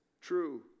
true